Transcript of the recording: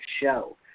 show